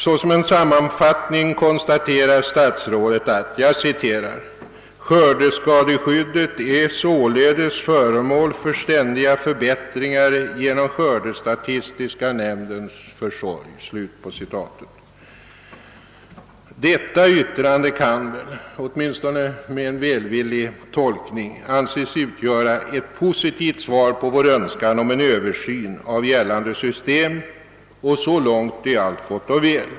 Såsom en sammanfattning konstaterar statsrådet: »Skördeskadeskyddet är således föremål för ständiga förbättringar genom skördestatistiska nämndens försorg.« Detta yttrande kan väl — åtminstone med en välvillig tolkning — anses utgöra ett positivt svar på vår önskan om en översyn av gällande system, och så långt är allt gott och väl.